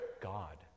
God